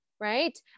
right